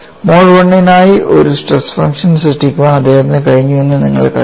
mode I നായി ഒരു stress function സൃഷ്ടിക്കാൻ അദ്ദേഹത്തിന് കഴിഞ്ഞുവെന്ന് നിങ്ങൾക്കറിയാം